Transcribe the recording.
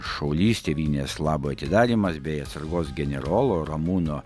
šaulys tėvynės labui atidarymas bei atsargos generolo ramūno